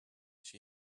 she